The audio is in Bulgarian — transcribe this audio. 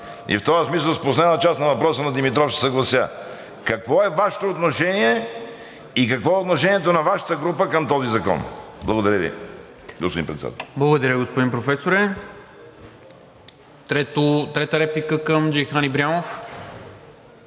и в този смисъл с последната част на въпроса на Димитров ще се съглася, какво е Вашето отношение и какво е отношението на Вашата група към този закон? Благодаря Ви, господин Председател. ПРЕДСЕДАТЕЛ НИКОЛА МИНЧЕВ: Благодаря, господин Професоре. Трета реплика към Джейхан Ибрямов?